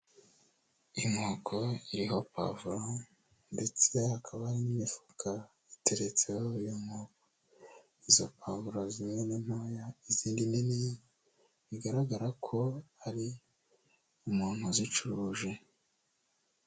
Inkoko iriho pavuro ndetse hakaba hari n'imifuka iteretseho iyo nkoko, izo pavuro zimwe ni ntoya izindi nini, bigaragara ko ari umuntu uzicuruje.